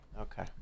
okay